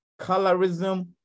colorism